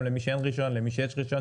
גם למי שאין רישיון ולמי שיש רישיון,